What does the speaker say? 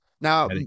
Now